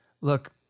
look